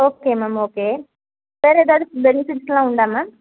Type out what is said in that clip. okay ma'am okay வேறு ஏதாவது பெனிஃபிட்ஸுலாம் உண்டா மேம்